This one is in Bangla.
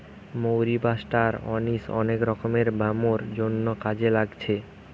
মৌরি বা ষ্টার অনিশ অনেক রকমের ব্যামোর জন্যে কাজে লাগছে